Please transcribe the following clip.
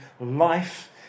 life